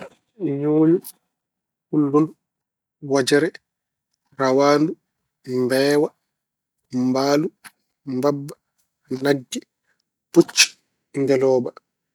Ñuuñu, ulludu, wojere, rawandu, mbeewa, mbaalu, mbabba, nagge, puccu, ngeelooba